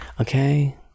Okay